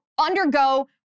undergo